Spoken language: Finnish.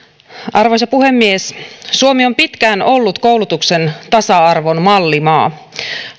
arvoisa puhemies suomi on pitkään ollut koulutuksen tasa arvon mallimaa